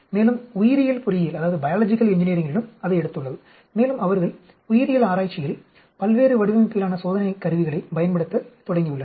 மேலும் உயிரியல் பொறியியலும் அதை எடுத்துள்ளது மேலும் அவர்கள் உயிரியல் ஆராய்ச்சியில் பல்வேறு வடிவமைப்பிலான சோதனைக் கருவிகளைப் பயன்படுத்தத் தொடங்கியுள்ளனர்